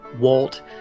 Walt